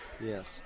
Yes